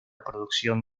producción